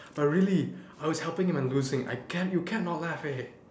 but really I was helping and I'm losing I can't you can't not laugh leh